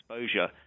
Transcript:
exposure